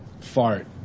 Fart